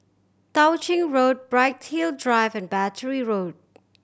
Tao Ching Road Bright Hill Drive and Battery Road